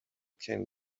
can